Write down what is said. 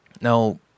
Now